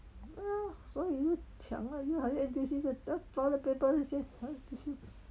uh 所以就抢 lah 又还要 N_T_U_C there th~ toilet paper 这些 !huh! tissue